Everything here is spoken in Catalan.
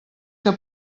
que